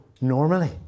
normally